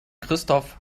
christoph